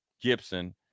Gibson